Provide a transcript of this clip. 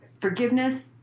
Forgiveness